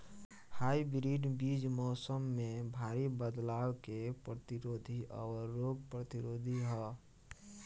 hybrid बीज मौसम में भारी बदलाव के प्रतिरोधी और रोग प्रतिरोधी ह